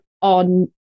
on